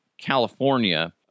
California